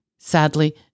Sadly